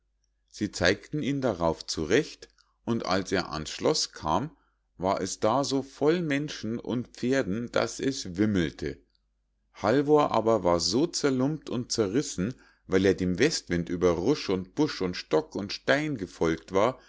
sie zeigten ihn darauf zurecht und als er ans schloß kam war es da so voll von menschen und pferden daß es wimmelte halvor aber war so zerlumpt und zerrissen weil er dem westwind über rusch und busch und stock und stein gefolgt war